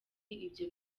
ibyo